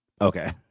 Okay